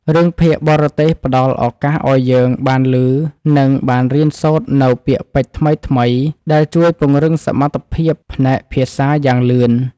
រឿងភាគបរទេសផ្ដល់ឱកាសឱ្យយើងបានឮនិងបានរៀនសូត្រនូវពាក្យពេចន៍ថ្មីៗដែលជួយពង្រឹងសមត្ថភាពផ្នែកភាសាយ៉ាងលឿន។